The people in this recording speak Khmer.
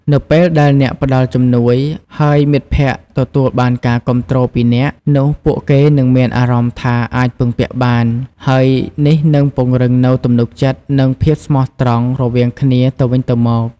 នៅពេលដែលអ្នកផ្តល់ជំនួយ ហើយមិត្តភក្តិទទួលបានការគាំទ្រពីអ្នក នោះពួកគេនឹងមានអារម្មណ៍ថាអាច ពឹងពាក់បាន ហើយនេះនឹងពង្រឹងនូវទំនុកចិត្ត និងភាពស្មោះត្រង់រវាងគ្នាទៅវិញទៅមក។